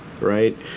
right